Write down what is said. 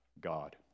God